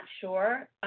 sure